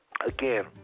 Again